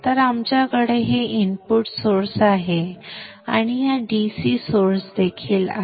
तर आमच्याकडे हे इनपुट सोर्स आहे आणि हा DC सोर्स देखील आहे